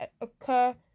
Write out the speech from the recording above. occur